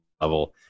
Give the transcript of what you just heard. level